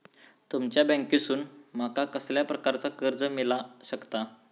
तुमच्या बँकेसून माका कसल्या प्रकारचा कर्ज मिला शकता?